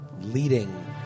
leading